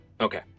Okay